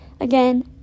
Again